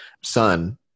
son